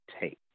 take